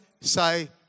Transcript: say